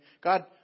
God